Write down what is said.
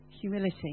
humility